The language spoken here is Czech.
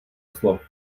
slov